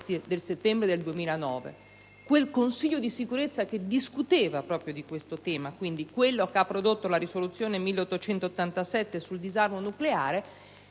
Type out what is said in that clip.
politica precisa. Quel Consiglio di Sicurezza che discuteva proprio di questo tema, quello che ha prodotto la risoluzione n. 1887 sul disarmo nucleare.